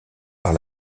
par